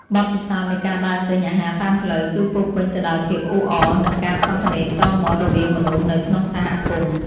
បទពិសោធន៍នៃការដើរទិញអាហារតាមផ្លូវ គឺពោរពេញទៅដោយភាពអ៊ូអរនិងការសន្ទនាផ្ទាល់មាត់រវាងមនុស្សនៅក្នុងសហគមន៍។